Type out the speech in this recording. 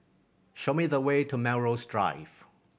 show me the way to Melrose Drive